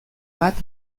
bat